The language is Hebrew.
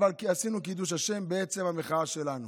כי עשינו קידוש השם בעצם המחאה שלנו.